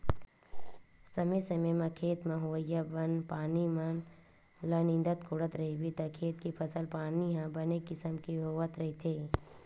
समे समे म खेत म होवइया बन पानी मन ल नींदत कोड़त रहिबे त खेत के फसल पानी ह बने किसम के होवत रहिथे